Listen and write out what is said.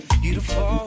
beautiful